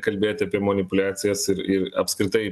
kalbėti apie manipuliacijas ir ir apskritai